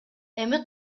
эми